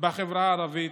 בחברה הערבית.